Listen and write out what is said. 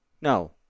No